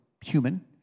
human